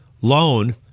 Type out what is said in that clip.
loan